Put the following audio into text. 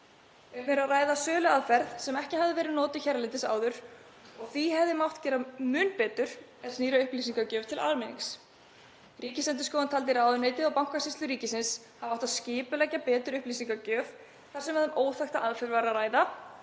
Um er að ræða söluaðferð sem ekki hefur verið notuð hérlendis áður og því hefði mátt gera mun betur varðandi það er snýr að upplýsingagjöf til almennings. Ríkisendurskoðun taldi ráðuneytið og Bankasýslu ríkisins hafa átt að skipuleggja betur upplýsingagjöf þar sem um áður óþekkta aðferð var að ræða,